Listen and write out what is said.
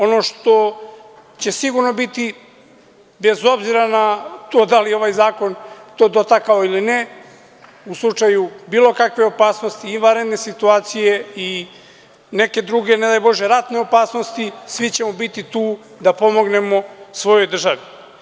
Ono što će sigurno biti, bez obzira na to da li je ovaj zakon to dotakao ili ne, u slučaju bilo kakve opasnosti i vanredne situacije i neke druge, ne daj Bože, ratne opasnosti, svi ćemo biti tu da pomognemo svojoj državi.